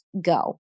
go